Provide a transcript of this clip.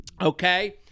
okay